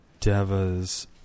devas